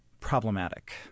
problematic